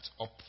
up